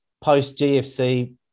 post-GFC